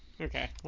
okay